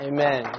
Amen